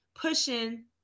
pushing